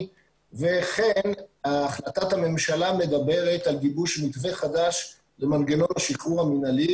וכן החלטת הממשלה מדברת על גיבוש מתווה חדש למנגנון השחרור המנהלי.